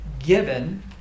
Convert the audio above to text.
given